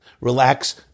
relax